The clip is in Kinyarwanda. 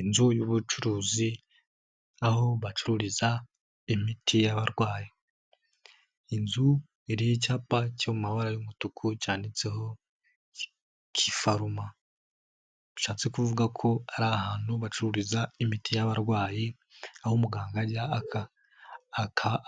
Inzu y'ubucuruzi aho bacururiza imiti y'arwayi inzu y'icyapa cyo mabara y'umutuku cyanditseho kifaruma bishatse kuvuga ko ari ahantu bacururiza imiti y'abarwayi aho umuganga ajya